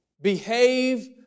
Behave